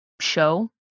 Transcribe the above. show